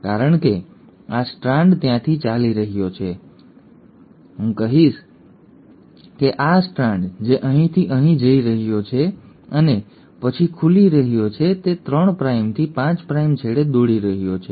કારણ કે આ સ્ટ્રાન્ડ ત્યાંથી ચાલી રહ્યો છે હું કહીશ કે આ ખાસ સ્ટ્રાન્ડ જે અહીંથી અહીં જઈ રહ્યો છે અને પછી ખુલી રહ્યો છે તે 3 પ્રાઇમથી 5 પ્રાઇમ છેડે દોડી રહ્યો છે